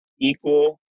equal